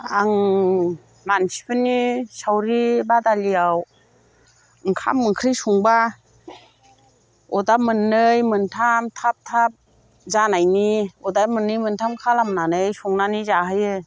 आं मानसिफोरनि सावरि बादालियाव ओंखाम ओंख्रि संबा अर्दाब मोननै मोनथाम थाब थाब जानायनि अर्दाब मोननै मोनथाम खालामनानै संनानै जाहोयो